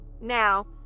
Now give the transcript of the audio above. now